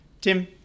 Tim